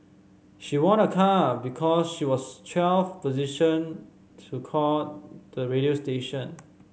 she won a car because she was twelfth to call the radio station